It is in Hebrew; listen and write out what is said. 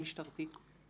משטרתיים.